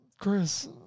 Chris